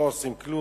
שלא עושים כלום,